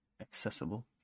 accessible